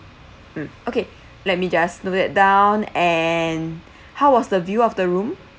mm okay let me just note that down and how was the view of the room